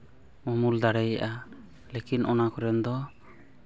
ᱩᱢᱩᱞ ᱫᱟᱲᱮᱭᱟᱜᱼᱟ ᱞᱮᱠᱤᱱ ᱚᱱᱟ ᱠᱚᱨᱮᱫ ᱫᱚ